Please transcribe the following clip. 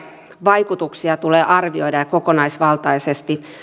vaikutuksia tulee arvioida kokonaisvaltaisesti